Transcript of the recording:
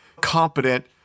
competent